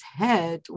head